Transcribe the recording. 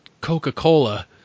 Coca-Cola